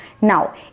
Now